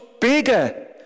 bigger